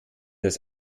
das